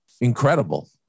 incredible